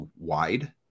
wide